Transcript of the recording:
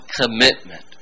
commitment